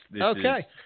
Okay